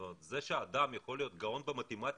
זאת אומרת זה שאדם יכול להיות גאון במתמטיקה